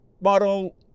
model